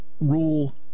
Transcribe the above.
rule